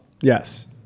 Yes